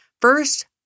First